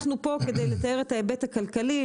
אנחנו כאן כדי לתאר את ההיבט הכלכלי.